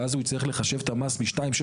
ואז הוא יצטרך לחשב את המס מ-2.650,